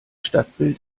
stadtbild